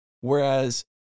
whereas